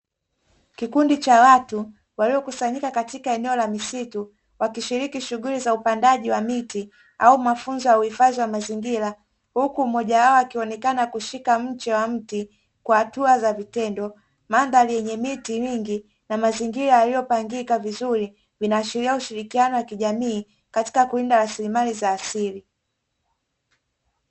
Kikundi cha watu waliokusanyika katika eneo la msitu wakishiliki shughuli za upandaji wa miti au mafunzo ya uhifadhi wa mazingira, huku mmoja wao akionekana kushika mche wa mti kwa hatua za vitendo, mandhari yenye miti mingi na mzingira yaliyopangika vizuri vinaashiria ushilikiano wa kijamii katika kulinda rasilimali za jamii.